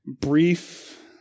brief